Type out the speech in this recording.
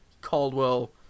Caldwell